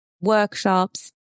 Workshops